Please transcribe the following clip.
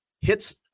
hits